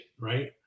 right